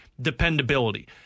dependability